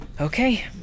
Okay